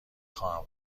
خواهم